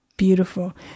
beautiful